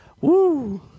Woo